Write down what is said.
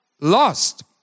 lost